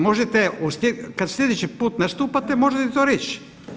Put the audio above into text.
Možete kad slijedeći put nastupate možete to reći.